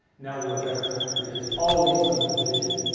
no we are a better country. there was always some division.